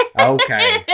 Okay